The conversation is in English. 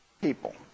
people